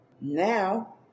Now